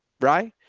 right.